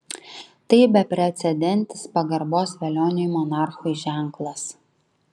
tai beprecedentis pagarbos velioniui monarchui ženklas